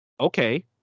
Okay